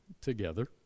together